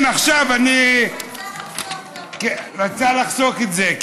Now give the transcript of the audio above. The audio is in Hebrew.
כן, עכשיו אני, רצה לחסוך, רצה לחסוך את זה.